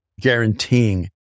guaranteeing